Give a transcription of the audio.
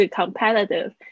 competitive